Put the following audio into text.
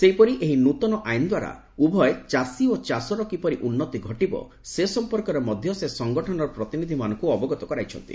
ସେହିପରି ଏହି ନୂତନ ଆଇନ୍ ଦ୍ୱାରା ଉଭୟ ଚାଷୀ ଓ ଚାଷର କିପରି ଉନ୍ନତି ଘଟିବ ସେ ସମ୍ପର୍କରେ ମଧ୍ୟ ସେ ସଂଗଠନର ପ୍ରତିନିଧିମାନଙ୍କୁ ଅବଗତ କରାଇଛନ୍ତି